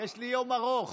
יש לי יום ארוך.